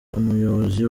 umuyobozi